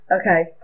Okay